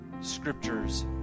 scriptures